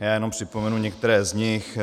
Já jenom připomenu některé z nich.